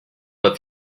but